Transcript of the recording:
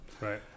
Right